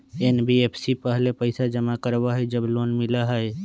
NBFC पहले पईसा जमा करवहई जब लोन मिलहई?